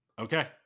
Okay